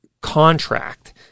contract